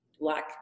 Black